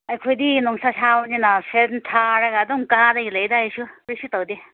ꯑꯩꯈꯣꯏꯗꯤ ꯅꯨꯡꯁꯥ ꯁꯥꯕꯅꯤꯅ ꯐꯦꯟ ꯊꯥꯔꯒ ꯑꯗꯨꯝ ꯀꯥꯗꯒꯤ ꯂꯩꯗ ꯑꯩꯁꯨ ꯀꯔꯤꯁꯨ ꯇꯧꯗꯦ